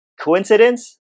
Coincidence